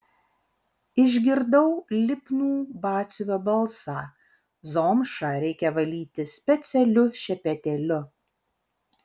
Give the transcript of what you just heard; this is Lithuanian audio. išgirdau lipnų batsiuvio balsą zomšą reikia valyti specialiu šepetėliu